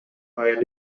hired